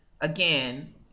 again